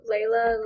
Layla